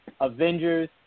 Avengers